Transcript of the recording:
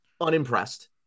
unimpressed